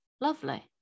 lovely